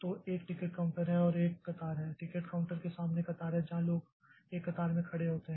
तो एक ticket counter है और एक कतार है टिकट काउंटर के सामने एक कतार है जहाँ लोग एक कतार में खड़े होते हैं